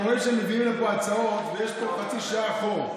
אנחנו רואים שהם מביאים לפה הצעות ויש פה חצי שעה חור,